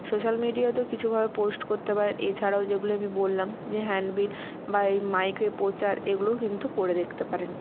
social মিডিয়াতেও কিছুভাবে post করতে পারেন এছাড়াও যেগুলি আমি বললাম যে হ্যাণ্ডবিল বা এই মাইকে প্রচার এগুলোও কিন্তু করে দেখতে পারেন